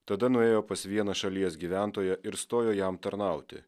tada nuėjo pas vieną šalies gyventoją ir stojo jam tarnauti